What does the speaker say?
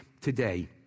today